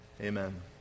Amen